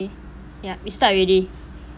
ya we start already